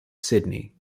sydney